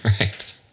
Right